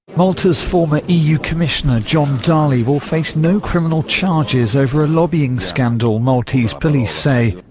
malta's former eu commissioner, john dalli, will face no criminal charges over a lobbying scandal, maltese police say.